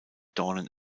dornen